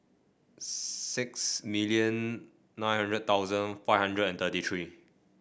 six million nine hundred thousand five hundred and thirty three